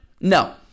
No